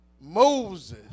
Moses